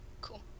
Cool